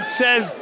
says